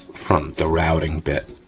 from the routing bit.